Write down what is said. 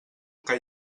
que